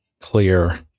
clear